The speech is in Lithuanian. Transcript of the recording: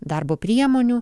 darbo priemonių